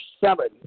seven